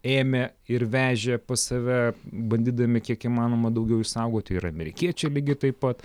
ėmė ir vežė pas save bandydami kiek įmanoma daugiau išsaugoti ir amerikiečiai lygiai taip pat